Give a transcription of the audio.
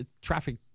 traffic